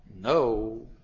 no